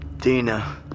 Dina